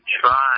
try